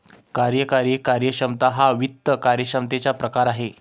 कार्यकारी कार्यक्षमता हा वित्त कार्यक्षमतेचा प्रकार आहे